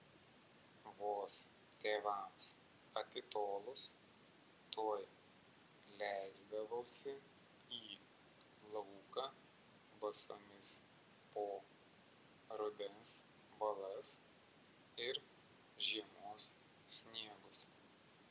vos tėvams atitolus tuoj leisdavausi į lauką basomis po rudens balas ir žiemos sniegus